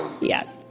Yes